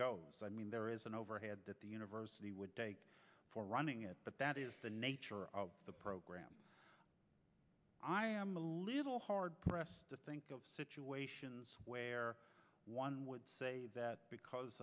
goes i mean there is an overhead that the university would take for running it but that is the nature of the program i'm a little hard pressed to think of situations where one would say that because